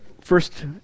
first